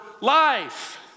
life